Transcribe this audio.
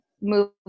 move